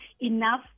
enough